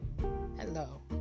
Hello